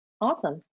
Awesome